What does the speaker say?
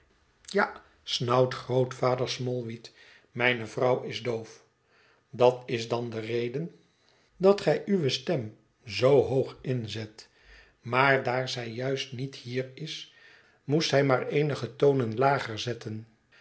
ja snauwt grootvader smallweed mijne vrouw is doof dat is dan de reden dat gij uwe stem zoo hoog inzet maar daar zij juist niet hier is moest gij haar eenige tonen lager zetten